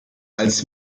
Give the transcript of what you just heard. als